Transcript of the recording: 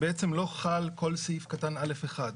בעצם לא חל כל סעיף קטן א(1).